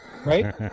Right